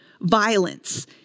violence